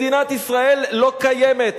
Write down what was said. מדינת ישראל לא קיימת.